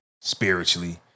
spiritually